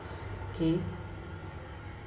okay